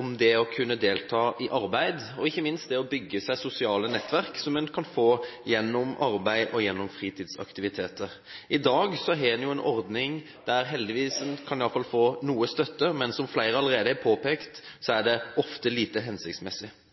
om å kunne delta i arbeid og ikke minst om å bygge sosiale nettverk, som en kan få gjennom arbeid og fritidsaktiviteter. I dag har en en ordning der en heldigvis i alle fall kan få noe støtte, men som flere allerede har påpekt, er den ofte lite hensiktsmessig. Det er